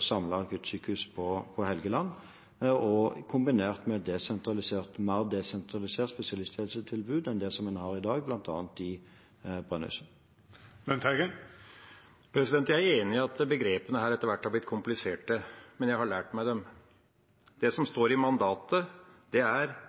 samlet akuttsykehus på Helgeland, kombinert med et mer desentralisert spesialisthelsetilbud enn det en har i dag, bl.a. i Brønnøysund. Jeg er enig i at begrepene her etter hvert er blitt kompliserte, men jeg har lært meg dem. Det som står i mandatet, er ett stort akuttsykehus og ett akuttsykehus. Statsråden vet veldig godt at det er